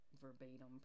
verbatim